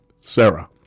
Sarah